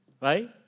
right